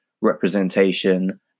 representation